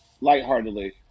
lightheartedly